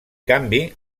canvi